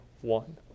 one